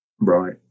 Right